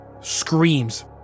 screams